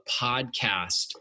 Podcast